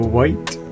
White